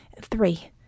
three